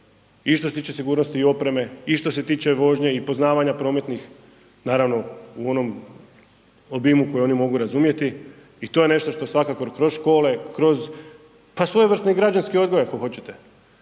i što se tiče sigurnosti i opreme i što se tiče vožnje i poznavanja prometnih, naravno u onom obimu koji oni mogu razumjeti i to je nešto što svakako kroz škole, kroz pa svojevrsni i građanski odgoj, ako hoćete,